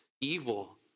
evil